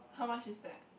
how much is that